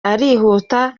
arihuta